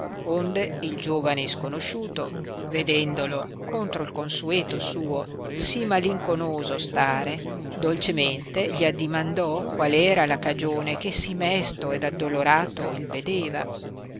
onde il giovane isconosciuto vedendolo contra il consueto suo si malinconoso stare dolcemente gli addimandò qual era la cagione che sì mesto ed addolorato il vedeva